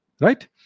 Right